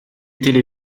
étaient